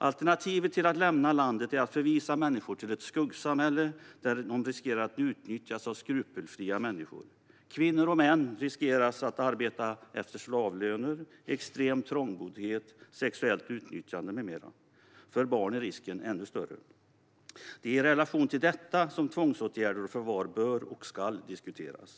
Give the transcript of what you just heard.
Alternativet till att lämna landet är att människor förvisas till ett skuggsamhälle, där de riskerar att utnyttjas av skrupelfria människor. Kvinnor och män riskerar att arbeta för slavlöner, leva i extrem trångboddhet, utsättas för sexuellt utnyttjande med mera. För barnen är riskerna ännu större. Det är i relation till detta som tvångsåtgärder och förvar bör och ska diskuteras.